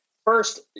First